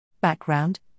Background